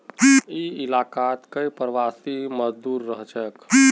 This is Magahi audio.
ई इलाकात कई प्रवासी मजदूर रहछेक